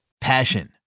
passion